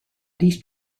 least